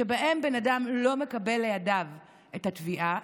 שבהם בן אדם לא מקבל לידיו את התביעה,